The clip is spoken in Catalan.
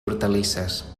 hortalisses